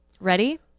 Ready